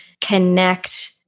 connect